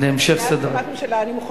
להמשך סדר-היום.